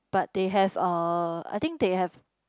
but they have uh I think they have